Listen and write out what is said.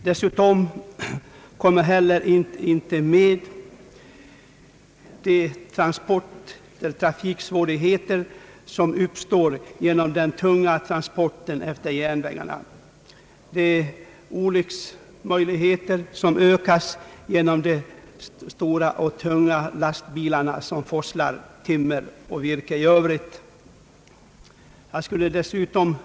Därtill kommer de trafiksvårigheter som uppstår när tunga transporter utföres på landsväg. Olycksriskerna ökar i och med att transporterna av timmer och annat virke överföres från järnväg till landsväg.